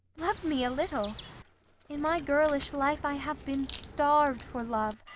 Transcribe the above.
love me a little in my girlish life i have been starved for love,